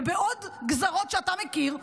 ובעוד גזרות שאתה מכיר,